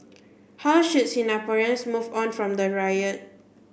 how should Singaporeans move on from the riot